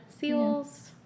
seals